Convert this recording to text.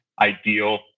ideal